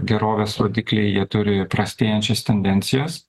gerovės rodikliai jie turi prastėjančias tendencijas